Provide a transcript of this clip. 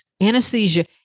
anesthesia